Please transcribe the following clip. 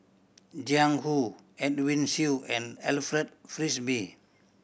Jiang Hu Edwin Siew and Alfred Frisby